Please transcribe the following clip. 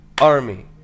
army